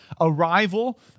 arrival